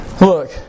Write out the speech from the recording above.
Look